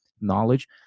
knowledge